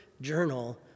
journal